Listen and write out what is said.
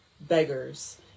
beggars